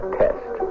test